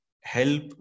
help